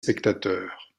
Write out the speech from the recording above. spectateurs